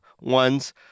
ones